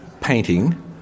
painting